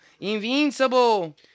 Invincible